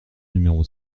numéro